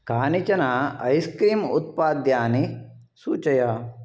कानिचन ice creams उत्पाद्यानि सू्चय